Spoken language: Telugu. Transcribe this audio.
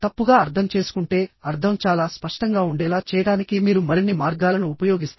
తప్పుగా అర్థం చేసుకుంటేఅర్థం చాలా స్పష్టంగా ఉండేలా చేయడానికి మీరు మరిన్ని మార్గాలను ఉపయోగిస్తారు